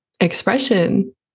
expression